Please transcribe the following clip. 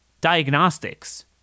diagnostics